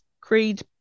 creed